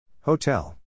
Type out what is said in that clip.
Hotel